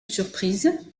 surprise